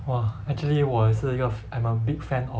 !wah! actually 我也是一个 f~ I'm a big fan of